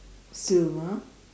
silver